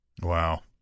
Wow